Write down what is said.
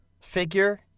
figure